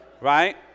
right